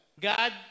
God